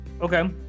Okay